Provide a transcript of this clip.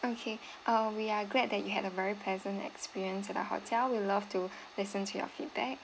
okay uh we are glad that you had a very pleasant experience at our hotel we'll love to listen to your feedback